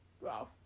Wow